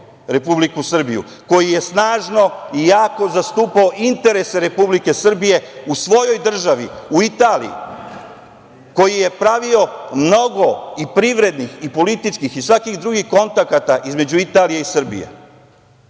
Republiku Srbiju, koji je snažno i jako zastupao interese Republike Srbije u svojoj državi, u Italiji, koji je pravio mnogo i privrednih i političkih i svakih drugih kontakata između Italije i Srbije.